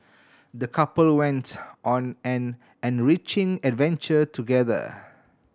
the couple went on an enriching adventure together